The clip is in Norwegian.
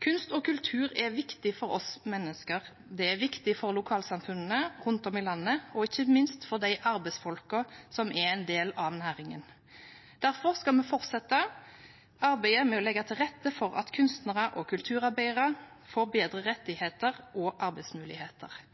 Kunst og kultur er viktig for oss mennesker. Det er viktig for lokalsamfunnene rundt om i landet og ikke minst for de arbeidsfolkene som er en del av næringen. Derfor skal vi fortsette arbeidet med å legge til rette for at kunstnere og kulturarbeidere får bedre rettigheter og arbeidsmuligheter,